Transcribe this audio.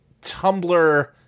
Tumblr